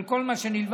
על כל מה שנלווה.